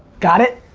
got it?